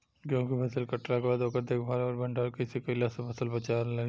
गेंहू के फसल कटला के बाद ओकर देखभाल आउर भंडारण कइसे कैला से फसल बाचल रही?